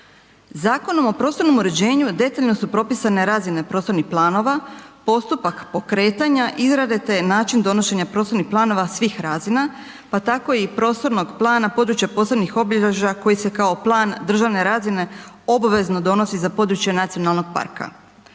Zakonom o prostornom uređenju detaljno su propisane razine prostornih planova, postupak pokretanja, izrade te način donošenja prostornih planova svih razina pa tako i prostornog plana područja posebnih obilježja koji se kao plan državne razine obvezno donosi za područje nacionalnog parka.